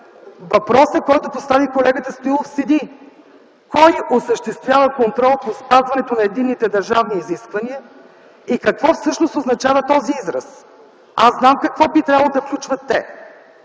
въпросът, който постави колегата Стоилов, седи – кой осъществява контрол по спазването на единните държавни изисквания и какво всъщност означава този израз? Аз знам какво би трябвало да включват те.